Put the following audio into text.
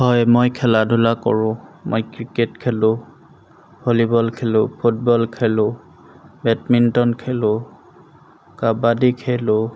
হয় মই খেলা ধূলা কৰোঁ মই ক্ৰিকেট খেলোঁ ভলীবল খেলোঁ ফুটবল খেলোঁ বেডমিণ্টন খেলোঁ কাবাডী খেলোঁ